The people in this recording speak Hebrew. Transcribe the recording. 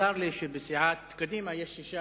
צר לי שמסיעת קדימה שישה